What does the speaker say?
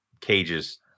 cages